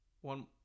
One